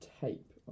tape